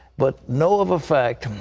but know of a fact,